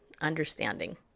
understanding